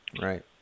Right